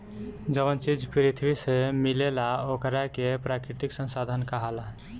जवन चीज पृथ्वी से मिलेला ओकरा के प्राकृतिक संसाधन कहाला